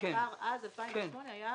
כשהפער אז, 2008, היה